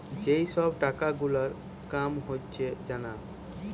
যেই সব টাকা গুলার কাম হয়েছে জানা